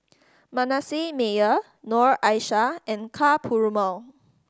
Manasseh Meyer Noor Aishah and Ka Perumal